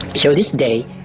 so this day,